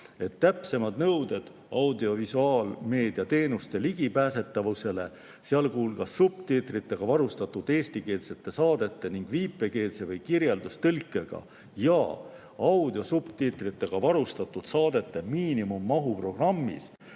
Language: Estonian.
et täpsemad nõuded audiovisuaalmeedia teenuste ligipääsetavusele, sealhulgas subtiitritega varustatud eestikeelsete saadete ning viipekeelse või kirjeldustõlkega ja audiosubtiitritega varustatud saadete miinimummahu programmis